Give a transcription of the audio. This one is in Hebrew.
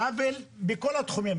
עוול בכל התחומים.